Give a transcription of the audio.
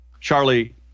Charlie